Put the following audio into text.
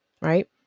Right